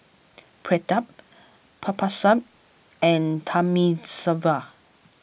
Pratap Babasaheb and Thamizhavel